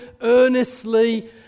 earnestly